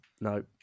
no